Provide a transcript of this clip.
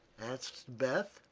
asked beth.